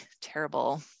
terrible